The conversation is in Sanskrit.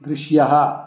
दृश्यः